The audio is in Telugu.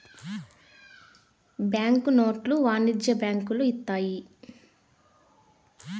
బ్యాంక్ నోట్లు వాణిజ్య బ్యాంకులు ఇత్తాయి